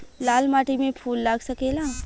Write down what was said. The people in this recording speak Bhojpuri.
लाल माटी में फूल लाग सकेला?